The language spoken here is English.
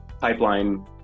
pipeline